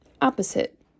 opposite